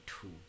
two